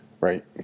right